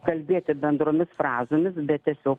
kalbėti bendromis frazėmis bet tiesio